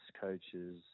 coaches